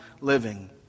living